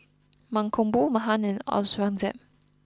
Mankombu Mahan and Aurangzeb